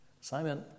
Simon